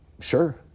sure